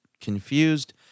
confused